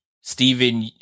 Stephen